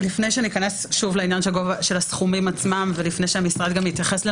לפני שניכנס שוב לעניין הסכומים עצמם ולפני שהמשרד יתייחס לנתונים,